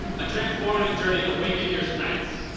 a transformative journey awakened your strengths,